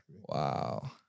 Wow